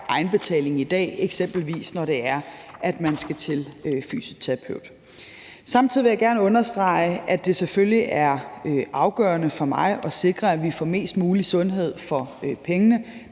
egenbetaling i dag, eksempelvis når det er, man skal til fysioterapeut. Samtidig vil jeg gerne understrege, at det selvfølgelig er afgørende for mig at sikre, at vi får mest mulig sundhed for pengene.